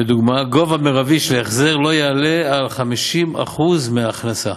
לדוגמה: גובה מרבי של ההחזר לא יעלה על 50% מההכנסה,